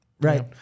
right